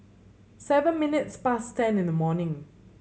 seven minutes past ten in the morning